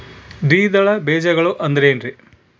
ದ್ವಿದಳ ಬೇಜಗಳು ಅಂದರೇನ್ರಿ?